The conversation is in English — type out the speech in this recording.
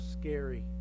scary